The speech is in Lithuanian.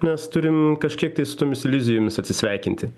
mes turim kažkiek tai su tomis iliuzijomis atsisveikinti